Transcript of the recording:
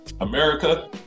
america